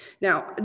Now